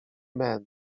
będę